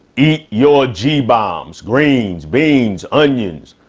eat your g bombs, greens, beans, onions,